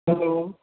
hello